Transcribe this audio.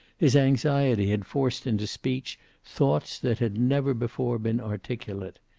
his anxiety had forced into speech thoughts that had never before been articulate.